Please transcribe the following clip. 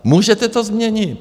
Můžete to změnit.